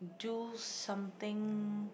do something